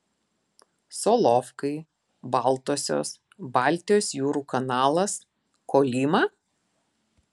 solovkai baltosios baltijos jūrų kanalas kolyma